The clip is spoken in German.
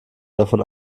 davon